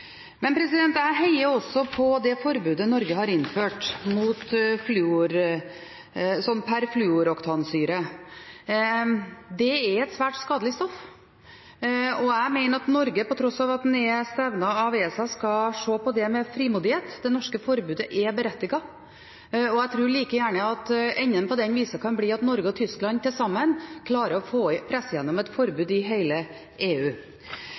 Jeg heier også på det forbudet Norge har innført mot perfluoroktansyre. Det er et svært skadelig stoff, og jeg mener at Norge, på tross av at en er stevnet av ESA, skal se på det med frimodighet. Det norske forbudet er berettiget. Jeg tror like gjerne at enden på den visa kan bli at Norge og Tyskland sammen klarer å presse gjennom et forbud i hele EU.